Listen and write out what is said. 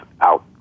out